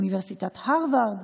מאוניברסיטת הרווארד,